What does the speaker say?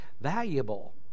valuable